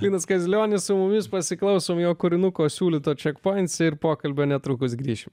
linas kaziulionis su mumis pasiklausiau jo kūrinuko siūlyto ček points ir pokalbio netrukus grįši